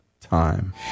time